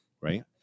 right